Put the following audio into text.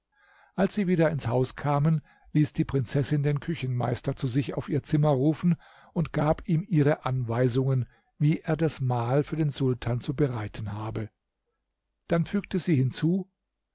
als sie wieder ins haus kamen ließ die prinzessin den küchenmeister zu sich auf ihr zimmer rufen und gab ihm ihre anweisungen wie er das mahl für den sultan zu bereiten habe dann fügte sie hinzu